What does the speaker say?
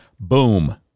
Boom